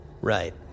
Right